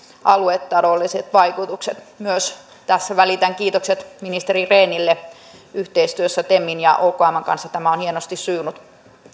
aluetaloudelliset vaikutukset myös tässä välitän kiitokset ministeri rehnille yhteistyössä temin ja okmn kanssa tämä on hienosti sujunut